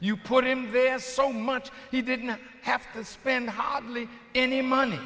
you put him there so much he didn't have to spend hardly any money